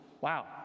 Wow